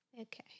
Okay